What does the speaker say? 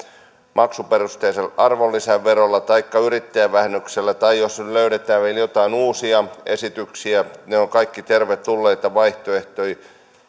maksuperusteisella arvonlisäverolla taikka yrittäjävähennyksellä tai jos löydetään vielä jotain uusia esityksiä ne ovat kaikki tervetulleita vaihtoehtoja